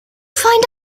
find